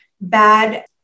bad